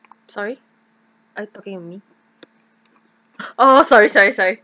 sorry are you talking to me oh sorry sorry sorry